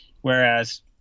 whereas